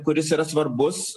kuris yra svarbus